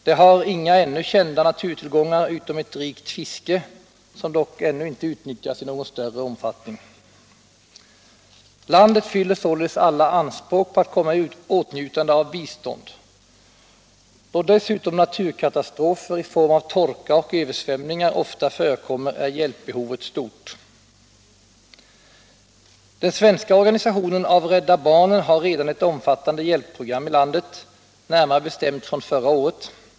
Det har inga ännu kända naturtillgångar utom ett rikligt fiske, som dock inte utnyttjas i någon större omfattning. Landet fyller således alla anspråk på att komma i åtnjutande av bistånd. Då dessutom naturkatastrofer i form av torka och översvämningar ofta förekommer är hjälpbehovet stort. Den svenska organisationen av Rädda barnen har redan ett omfattande hjälpprogram i landet, närmare bestämt från förra året.